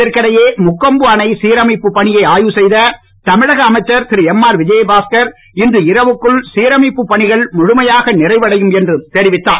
இதற்கிடையே முக்கொம்பு அணை சீரமைப்பு பணியை ஆய்வு செய்த தமிழக அமைச்சர் திரு எம்ஆர் விஜயபாஸ்கர் இன்று இரவுக்குள் சீரமைப்பு பணிகள் முழுமையாக நிறைவடையும் என்று தெரிவித்தார்